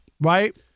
right